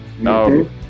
No